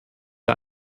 der